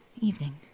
evening